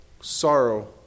sorrow